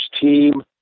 team